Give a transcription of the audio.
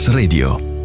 radio